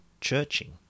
churching